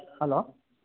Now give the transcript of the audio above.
hello